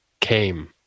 Came